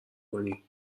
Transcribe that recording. کنی